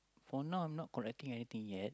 for now not correcting anything yet